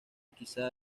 quizá